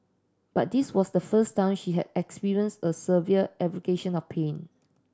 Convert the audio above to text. but this was the first time she had experienced a severe aggravation of pain